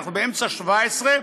אנחנו באמצע 2017,